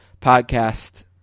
podcast